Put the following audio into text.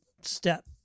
step